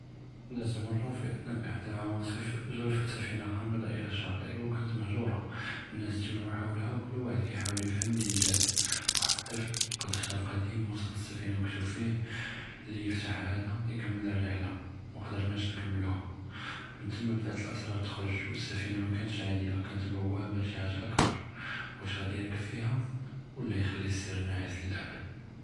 דאת מרה פי אתנאא אחדא אלעאצף ג'רפת ספינה ע'אמדה אלא שאטئ וכאנת מהג'ורה, א־נאס תג'מעו חוולהא וכל וחד כיחאוול יפهم מנין ג'את, וחד א־טפל לקא דפתר קדيم וסט א־ספינה مكتוב פיה אלי יפתח הדא יכּמל א־רח'לה, מא קד̣רנאש נכּמלוהא, מן תמא בּדאת אלאסראר תח'רג', וא־ספינה מא כאנתש עאדיה כאנת בואבה לשי חאג'ה אכּבר, ואש ע'אדי ירכּב פיהא ולא יכּלי אלסר נעס לְלאבּד؟